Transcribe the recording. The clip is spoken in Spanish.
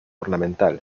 ornamental